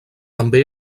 també